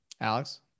Alex